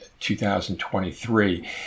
2023